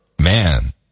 Man